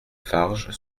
farges